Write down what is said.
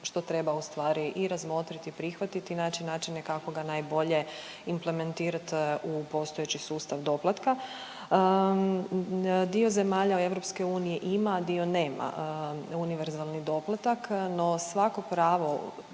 što treba ustvari i razmotriti, prihvatiti, naći načine kako ga najbolje implementirati u postojeći sustav doplatka. Dio zemalja EU ima, dio nema univerzalni doplatak. No, svako pravo